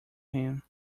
him